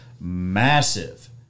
massive